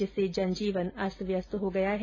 जिससे जनजीवन अस्तव्यस्त हो गया है